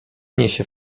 niesie